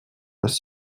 les